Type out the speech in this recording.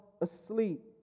asleep